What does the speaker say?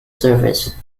surface